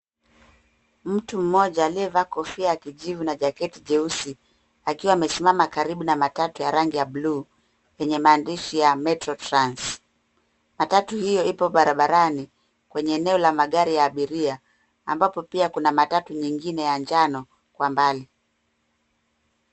Mtu mmoja aliyevaa kofia ya kijivu na jaketi jeusi akiwa amesimama karibu na matatu ya rangi ya buluu yenye maandishi ya metro trans . Matatu hiyo ipo barabarani kwenye eneo la magari ya abiria ambapo pia kuna matatu nyingine ya njano kwa mbali.